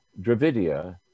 Dravidia